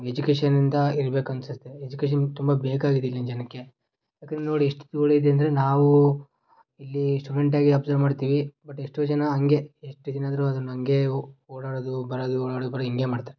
ಎಜುಕೇಶನ್ನಿಂದ ಇರ್ಬೇಕು ಅನ್ನಿಸುತ್ತೆ ಎಜುಕೇಶನ್ ತುಂಬ ಬೇಕಾಗಿದೆ ಇಲ್ಲಿನ ಜನಕ್ಕೆ ಯಾಕಂದ್ರೆ ನೋಡಿ ಇಷ್ಟು ಧೂಳಿದೆ ಅಂದರೆ ನಾವು ಇಲ್ಲಿ ಸ್ಟೂಡೆಂಟಾಗಿ ಅಬ್ಸರ್ವ್ ಮಾಡ್ತೀವಿ ಬಟ್ ಎಷ್ಟೋ ಜನ ಹಾಗೆ ಎಷ್ಟು ದಿನ ಆದರೂ ಅದನ್ನ ಹಂಗೇ ಓಡಾಡೋದು ಬರೋದು ಓಡಾಡೋದು ಬರೀ ಹಿಂಗೆ ಮಾಡ್ತಾರೆ